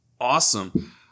awesome